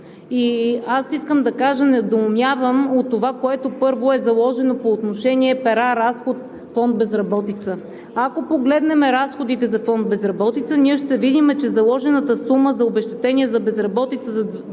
лица. Искам да кажа – недоумявам от това, което, първо, е заложено по отношение на пера, разход, фонд „Безработица“. Ако погледнем разходите за фонд „Безработица“, ще видим, че заложената сума за обезщетение за безработица за 2021